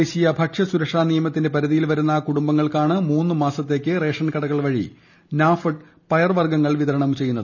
ദേശീയ ഭക്ഷൃ സുരക്ഷാ നിയമത്തിന്റെ പരിധിയിൽ വരുന്ന കൂടുംബങ്ങൾക്കാണ് മൂന്ന് മാസത്തേയ്ക്ക് റേഷൻ കടകൾവഴി നാഫെഡ് പയറുവർഗ്ഗങ്ങൾ വിതരണം ചെയ്യുന്നത്